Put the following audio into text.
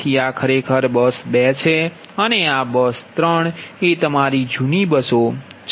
તેથી આ ખરેખર બસ 2 છે અને બસ 3 એ તમારી જૂની બસો છે